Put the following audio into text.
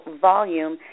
volume